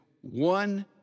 one